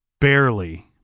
barely